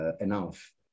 enough